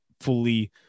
fully